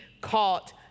caught